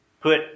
put